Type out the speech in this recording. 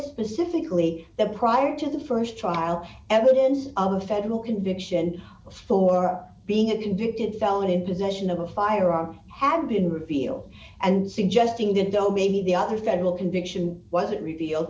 specifically that prior to the st trial evidence of a federal conviction for being a convicted felon in possession of a firearm had been revealed and suggesting they don't maybe the other federal conviction wasn't revealed